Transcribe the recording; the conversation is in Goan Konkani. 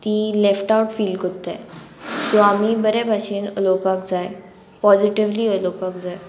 ती लेफ्ट आवट फील कोत्ताय सो आमी बरे भाशेन उलोवपाक जाय पॉजिटीवली उलोवपाक जाय